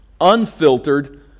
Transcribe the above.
Unfiltered